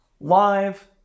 live